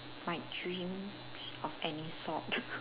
my dreams of any sort